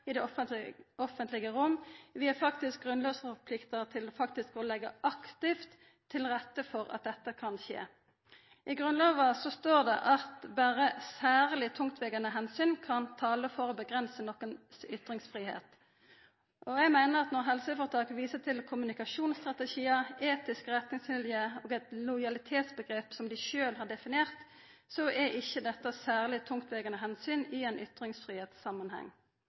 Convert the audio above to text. i det offentlege rom, vi er faktisk grunnlovsforplikta til å leggja aktivt til rette for at det kan skje. I Grunnlova står det at berre «særlig tungtveiende Hensyn» kan tala for å avgrensa ytringsfridommen for nokon. Eg meiner at når helseføretaka viser til kommunikasjonsstrategiar, etiske retningslinjer og eit lojalitetsomgrep som dei sjølve har definert, er ikkje dette særleg tungtvegande omsyn i ein